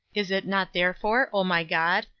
is it not therefore, o my god,